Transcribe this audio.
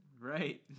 Right